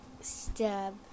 Stab